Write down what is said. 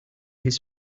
his